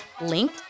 link